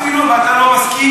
אפילו אם אתה לא מסכים.